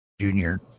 junior